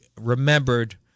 remembered